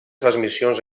transmissions